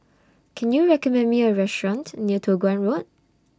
Can YOU recommend Me A Restaurant near Toh Guan Road